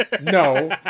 no